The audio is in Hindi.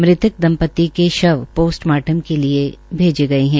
मृतक दंपति के शव पोस्टमार्टम के लिये भेजे गए है